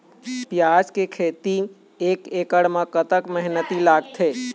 प्याज के खेती एक एकड़ म कतक मेहनती लागथे?